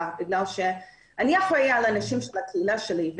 כי אני אחראית על האנשים של הקהילה שלי,